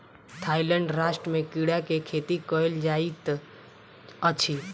Thailand राष्ट्र में कीड़ा के खेती कयल जाइत अछि